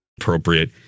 appropriate